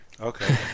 Okay